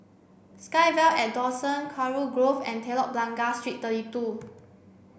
SkyVille at Dawson Kurau Grove and Telok Blangah Street thirty two